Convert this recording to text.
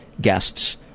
guests